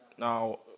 Now